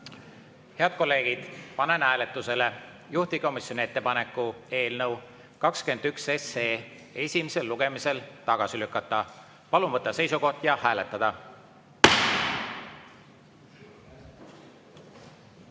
kolleegid, panen hääletusele juhtivkomisjoni ettepaneku eelnõu 21 esimesel lugemisel tagasi lükata. Palun võtta seisukoht ja hääletada!